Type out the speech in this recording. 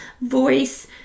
voice